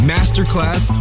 Masterclass